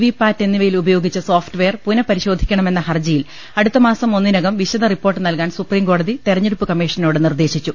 വിപാറ്റ് എന്നിവയിൽ ഉപയോഗിച്ച സോഫ്റ്റ്വെയർ പുനപരിശോധിക്കണമെന്ന ഹർജി യിൽ അടുത്തമാസം ഒന്നിനകം വിശദ റിപ്പോർട്ട് നൽകാൻ സുപ്രീംകോടതി തെരഞ്ഞെടുപ്പ് കമ്മീഷനോട് നിർദേശിച്ചു